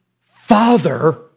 father